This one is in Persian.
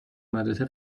مدرسه